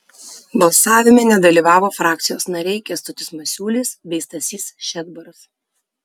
balsavime nedalyvavo frakcijos nariai kęstutis masiulis bei stasys šedbaras